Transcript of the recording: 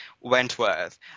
Wentworth